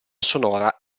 sonora